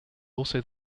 also